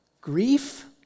grief